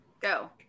Go